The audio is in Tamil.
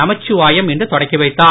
நமச்சிவாயம்இன்றுதொடக்கிவைத்தார்